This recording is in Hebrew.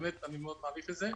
באמת אני מאוד מעריך את זה.